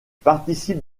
participe